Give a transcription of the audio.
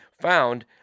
found